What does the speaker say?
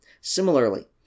Similarly